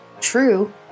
true